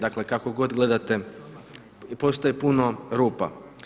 Dakle, kako god gledate postoji puno rupa.